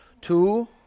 Two